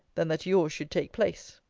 than that yours should take place.